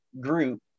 group